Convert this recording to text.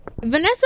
Vanessa